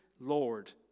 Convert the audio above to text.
Lord